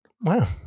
Wow